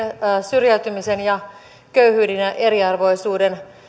syrjäytymisen köyhyyden ja eriarvoisuuden